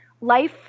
life